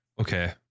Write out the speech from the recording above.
Okay